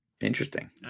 Interesting